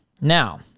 Now